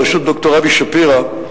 בראשות ד"ר אבי שפירא,